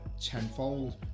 tenfold